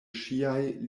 ŝiaj